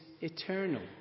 eternal